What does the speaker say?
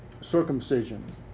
circumcision